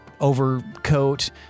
overcoat